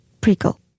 prickle